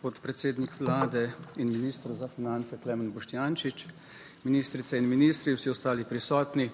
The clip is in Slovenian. podpredsednik Vlade in minister za finance Klemen Boštjančič, ministrice in ministri, vsi ostali prisotni